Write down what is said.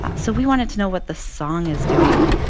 so we wanted to know what the song is doing,